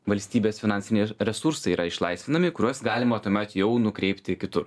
valstybės finansiniai resursai yra išlaisvinami kuriuos galima tuomet jau nukreipti kitur